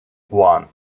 one